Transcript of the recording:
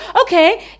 okay